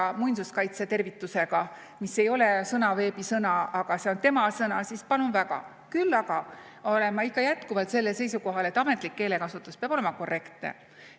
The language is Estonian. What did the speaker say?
muinsuskaitsetervitusega, mis ei ole Sõnaveebi sõna, aga see on tema sõna, siis palun väga. Küll aga olen ma ikka jätkuvalt sellel seisukohal, et ametlik keelekasutus peab olema korrektne